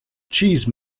cheese